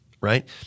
Right